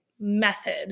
method